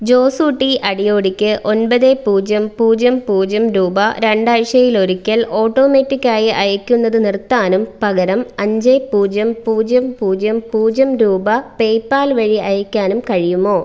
ജോസൂട്ടി അടിയോടിക്ക് ഒൻപത് പൂജ്യം പൂജ്യം പൂജ്യം രൂപ രണ്ടാഴ്ച്ചയിൽ ഒരിക്കൽ ഓട്ടോമാറ്റിക്ക് ആയി അയയ്ക്കുന്നത് നിർത്താനും പകരം അഞ്ച് പൂജ്യം പൂജ്യം പൂജ്യം പൂജ്യം രൂപ പേപാൽ വഴി അയയ്ക്കാനും കഴിയുമോ